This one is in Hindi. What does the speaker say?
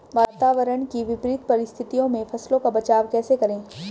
वातावरण की विपरीत परिस्थितियों में फसलों का बचाव कैसे करें?